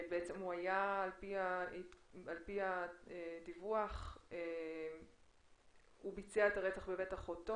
על פי הדיווח הוא ביצע את הרצח בבית אחותו,